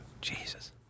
jesus